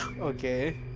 Okay